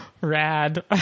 Rad